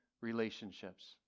relationships